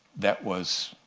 that was